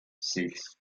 sechs